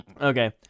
Okay